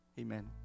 amen